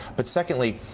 but secondly,